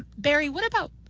barry, what about